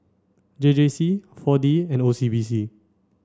J J C four D and O C B C